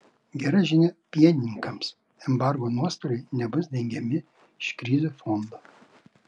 gera žinia pienininkams embargo nuostoliai nebus dengiami iš krizių fondo